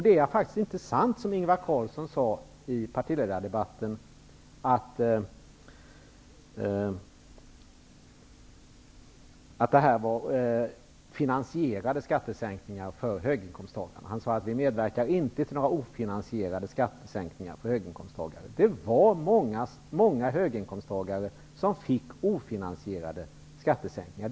Det är inte sant, som Ingvar Carlsson sade i partiledardebatten, att det var finansierade skattesänkningar för höginkomsttagarna. Han sade: Vi medverkar inte till några ofinansierade skattesänkningar för höginkomsttagare. Men det var många höginkomsttagare som fick ofinansierade skattesänkningar.